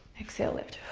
exhale, lift